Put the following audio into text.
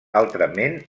altrament